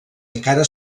encara